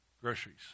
groceries